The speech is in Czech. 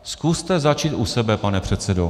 Zkuste začít u sebe, pane předsedo.